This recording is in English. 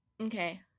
Okay